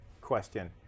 question